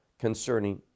concerning